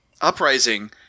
uprising